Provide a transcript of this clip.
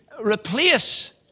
replace